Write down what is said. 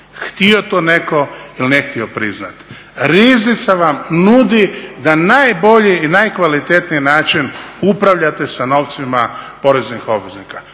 htio to netko ili ne htio priznati. Riznica vam nudi da na najbolji i najkvalitetniji način upravljate sa novcima poreznih obveznika.